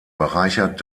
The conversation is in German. bereichert